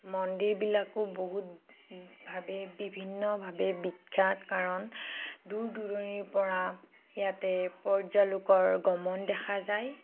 মন্দিৰবিলাকো বহুতভাৱে বিভিন্নভাৱে বিখ্য়াত কাৰণ দূৰ দুৰণিৰপৰা ইয়াতে পৰ্যলোকৰ গমন দেখা যায়